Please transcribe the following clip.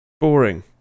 boring